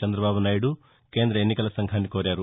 చందబాబు నాయుడు కేంద్ర ఎన్నికల సంఘాన్ని కోరారు